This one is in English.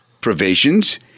provisions